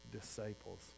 disciples